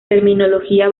terminología